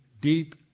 deep